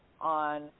on